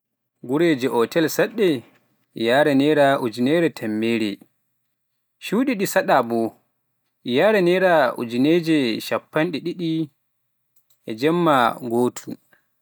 gureje otel saɗɗe e yara naira ujinere tammere, shuudi ɗi saɗɗa bo e yaara naira ujineje shappandi ɗiɗi e jemma goo.